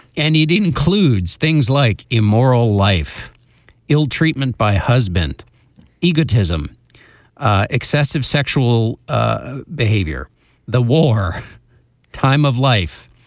any deal includes things like immoral life ill treatment by husband egotism excessive sexual ah behavior the war time of life